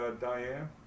Diane